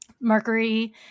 mercury